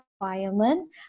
requirement